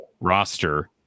roster